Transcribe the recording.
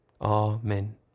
Amen